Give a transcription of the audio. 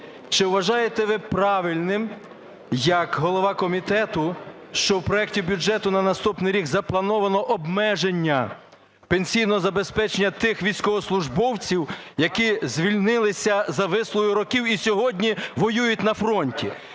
Чи вважаєте ви правильним як голова комітету, що в проекті бюджету на наступний рік заплановано обмеження пенсійного забезпечення тих військовослужбовців, які звільнилися за вислугою років і сьогодні воюють на фронті?